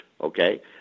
okay